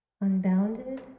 Unbounded